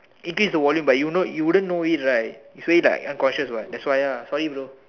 increase the volume but you wouldn't know it right so it's like unconscious what that's why ah sorry bro